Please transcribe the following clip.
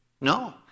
No